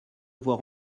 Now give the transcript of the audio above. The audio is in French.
voir